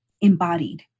embodied